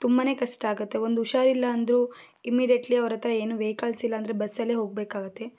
ತುಂಬಾ ಕಷ್ಟಾಗತ್ತೆ ಒಂದು ಹುಷಾರು ಇಲ್ಲಾಂದರೂ ಇಮ್ಮೀಡಿಯೆಟ್ಲಿ ಅವ್ರ ಹತ್ರ ಏನೂ ವೆಹಿಕಲ್ಸ್ ಇಲ್ಲಾಂದರೆ ಬಸ್ಸಲ್ಲೇ ಹೋಗಬೇಕಾಗತ್ತೆ